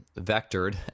vectored